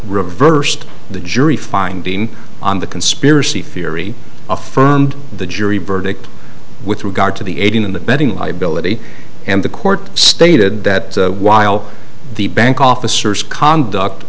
reversed the jury finding on the conspiracy theory affirmed the jury verdict with regard to the aiding and abetting liability and the court stated that while the bank